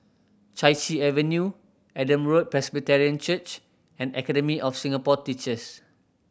Chai Chee Avenue Adam Road Presbyterian Church and Academy of Singapore Teachers